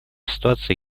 ситуация